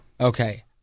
okay